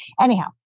Anyhow